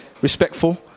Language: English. respectful